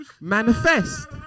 manifest